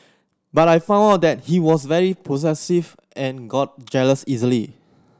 but I found out that he was very possessive and got jealous easily